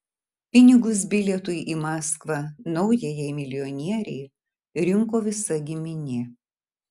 pinigus bilietui į maskvą naujajai milijonierei rinko visa giminė